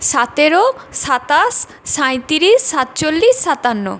সাতেরো সাতাশ সাঁইতিরিশ সাতচল্লিশ সাতান্ন